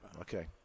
Okay